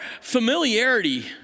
familiarity